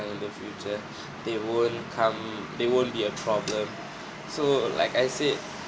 in the future they won't come they won't be a problem so like I said